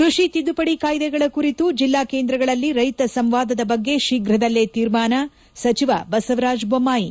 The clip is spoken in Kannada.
ಕೃಷಿ ತಿದ್ದುಪಡಿ ಕಾಯ್ದೆಗಳ ಕುರಿತು ಜಿಲ್ಲಾ ಕೇಂದ್ರಗಳಲ್ಲಿ ರೈತ ಸಂವಾದದ ಬಗ್ಗೆ ಶೀಘದಲ್ಲೇ ತೀರ್ಮಾನ ಸಚಿವ ಬಸವರಾಜ ಬೊಮ್ಬಾಯಿ